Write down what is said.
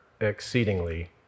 exceedingly